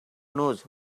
knows